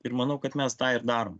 ir manau kad mes tą ir darom